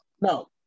No